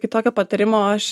kitokio patarimo aš